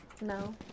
No